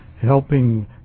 helping